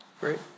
Great